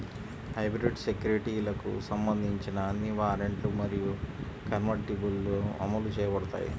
hybrid సెక్యూరిటీలకు సంబంధించిన అన్ని వారెంట్లు మరియు కన్వర్టిబుల్లు అమలు చేయబడతాయి